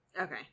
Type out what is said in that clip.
Okay